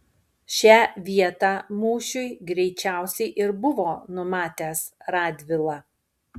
šią vietą mūšiui greičiausiai ir buvo numatęs radvila